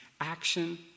action